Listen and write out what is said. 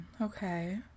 Okay